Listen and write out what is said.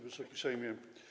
Wysoki Sejmie!